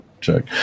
check